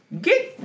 Get